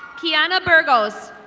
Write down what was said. keana burgos.